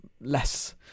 less